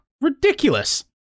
Ridiculous